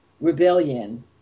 rebellion